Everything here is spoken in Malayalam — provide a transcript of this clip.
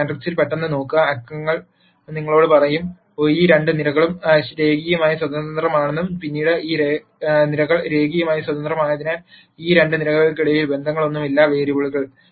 ഈ മാട്രിക്സിലേക്ക് പെട്ടെന്ന് നോക്കുക അക്കങ്ങൾ നിങ്ങളോട് പറയും ഈ രണ്ട് നിരകളും രേഖീയമായി സ്വതന്ത്രമാണെന്നും പിന്നീട് ഈ നിരകൾ രേഖീയമായി സ്വതന്ത്രമായതിനാൽ ഈ രണ്ട് നിരകൾക്കിടയിലും ബന്ധങ്ങളൊന്നുമില്ല വേരിയബിളുകൾ